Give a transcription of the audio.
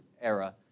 era